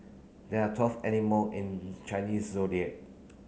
there are twelve animal in Chinese Zodiac